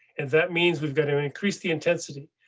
and that means we've got to increase the intensity,